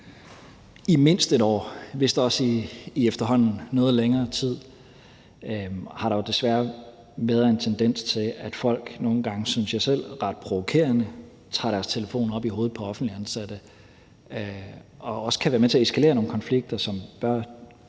I mindst et år – vist også efterhånden i noget længere tid – har der desværre været en tendens til, at folk nogle gange, synes jeg selv, ret provokerende tager deres telefon op i hovedet på offentligt ansatte og også kan være med til at eskalere nogle konflikter, som bør